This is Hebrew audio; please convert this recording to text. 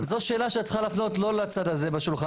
זו שאלה שאת צריכה להפנות לא לצד הזה בשולחן,